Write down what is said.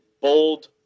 bold